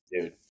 dude